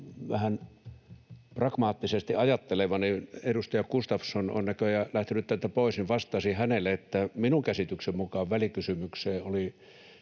vähän pragmaattisesti ajatteleva — edustaja Gustafsson on näköjään lähtenyt täältä pois — että vastaisin hänelle, että minun käsitykseni mukaan välikysymykseen oli